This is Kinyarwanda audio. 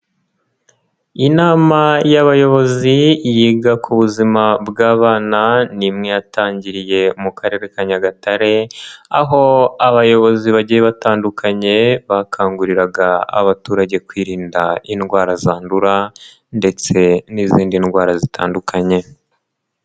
Inama y'abayobozi yiga ku buzima bw'abana ni imwe yatangiriye mu Karere ka Nyagatare, aho abayobozi bagiye batandukanye bakanguriraga abaturage kwirinda indwara zandura ndetse n'izindi ndwara zitandukanye.